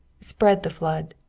spread the flood.